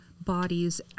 bodies